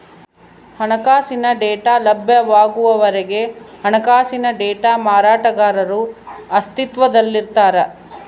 ಹಣಕಾಸಿನ ಡೇಟಾ ಲಭ್ಯವಾಗುವವರೆಗೆ ಹಣಕಾಸಿನ ಡೇಟಾ ಮಾರಾಟಗಾರರು ಅಸ್ತಿತ್ವದಲ್ಲಿರ್ತಾರ